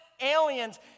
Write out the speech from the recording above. aliens